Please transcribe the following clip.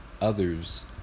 others